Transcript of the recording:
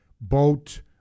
boat